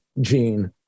gene